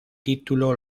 título